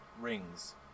rings